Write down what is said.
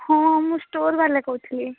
ହଁ ମୁଁ ଷ୍ଟୋର୍ ବାଲା କହୁଥିଲି